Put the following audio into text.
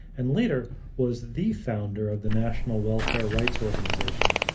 and later was the founder of the national welfare rights organization.